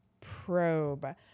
probe